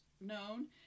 known